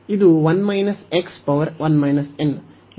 ಇದು ಯಾವಾಗ